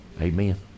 Amen